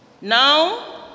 now